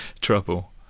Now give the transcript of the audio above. Trouble